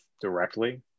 directly